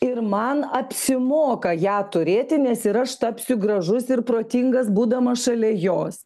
ir man apsimoka ją turėti nes ir aš tapsiu gražus ir protingas būdamas šalia jos